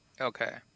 Okay